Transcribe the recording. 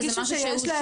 יהיה לנו פה עתיד.